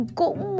cũng